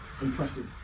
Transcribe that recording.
impressive